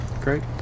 Great